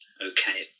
Okay